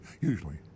usually